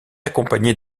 accompagné